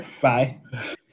Bye